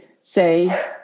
say